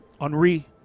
Henri